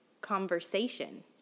conversation